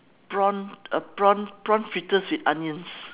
prawn uh prawn prawn fritters with onions